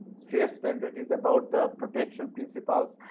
sphere standards is about the protection principles.